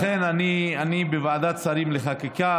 לכן אני בוועדת השרים לחקיקה.